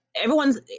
everyone's